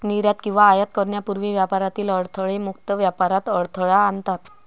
निर्यात किंवा आयात करण्यापूर्वी व्यापारातील अडथळे मुक्त व्यापारात अडथळा आणतात